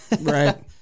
Right